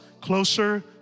closer